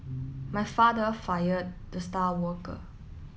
my father fired the star worker